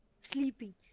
sleeping